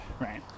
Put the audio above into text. right